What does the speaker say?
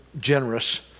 generous